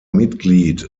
mitglied